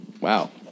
Wow